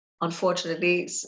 unfortunately